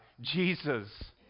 Jesus